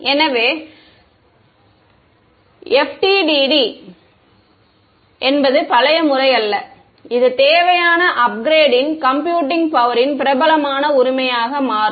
எனவே FDTD என்பது பழைய முறை அல்ல இது தேவையான அப்கிரேட் ன் கம்ப்யூட்டிங் பவரின் பிரபலமான உரிமையாக மாறும்